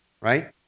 right